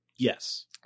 Yes